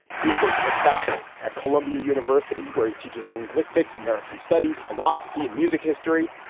he is a professor at columbia university where he teaches linguistics, american studies, philosophy and music history.